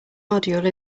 module